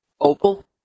Opal